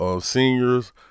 seniors